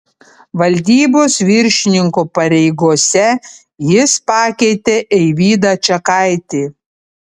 valdybos viršininko pareigose jis pakeitė eivydą čekaitį